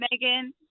Megan